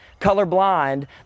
colorblind